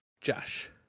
josh